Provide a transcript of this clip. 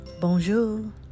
Bonjour